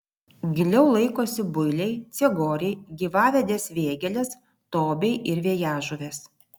giliau laikosi builiai ciegoriai gyvavedės vėgėlės tobiai ir vėjažuvės